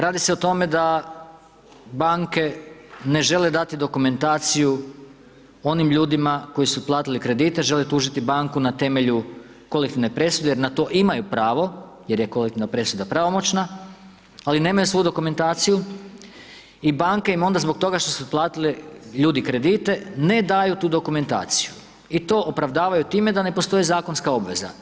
Radi se o tome da banke ne žele dati dokumentaciju onim ljudima koji su platili kredite, žele tužiti banku na temelju kolektivne presude jer na to imaju pravo jer je kolektivna presuda pravomoćna, ali nemaju svu dokumentaciju i banke im onda zbog toga što su platile, ljudi kredite, ne daju tu dokumentaciju i to opravdavaju time da ne postoje zakonska obveza.